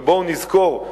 בואו נזכור,